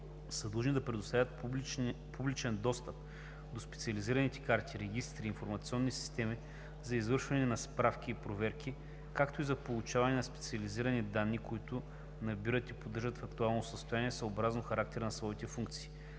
длъжни да предоставят публичен достъп до специализираните карти, регистри и информационни системи за извършване на справки и проверки, както и за получаване на специализирани данни, които набират и поддържат в актуално състояние съобразно характера на своите функции.